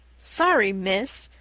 sorry, miss!